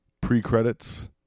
Pre-credits